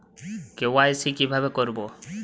KYC কিভাবে করব?